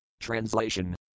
Translation